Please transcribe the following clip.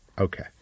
Okay